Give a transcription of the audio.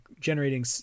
generating